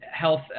health